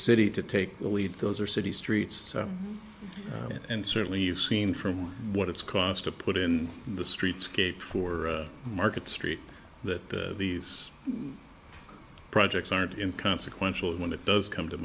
city to take the lead those are city streets and certainly you've seen from what it's cost to put in the streets kate for market street that these projects aren't in consequential when it does come to